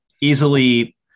Easily